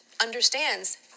understands